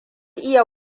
iya